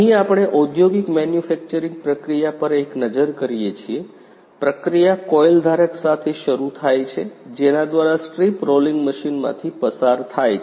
અહીં આપણે ઔદ્યોગિક મેન્યુફેક્ચરિંગ પ્રક્રિયા પર એક નજર કરીએ છીએ પ્રક્રિયા કોઇલ ધારક સાથે શરૂ થાય છે જેના દ્વારા સ્ટ્રીપ રોલિંગ મશીનમાંથી પસાર થાય છે